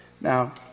Now